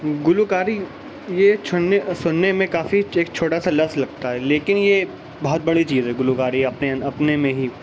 گلوکاری یہ چھننے سننے میں کافی ایک چھوٹا سا لفظ لگتا ہے لیکن یہ بہت بڑی چیز ہے گلوکاری اپنے اپنے میں ہی